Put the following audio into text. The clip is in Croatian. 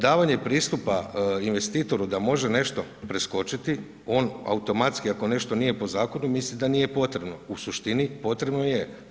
Davanje pristupa investitora da može nešto preskočiti, on automatski, ako nešto nije po zakonu, misli da nije potrebno u suštini, potrebno je.